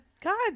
God